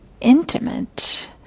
intimate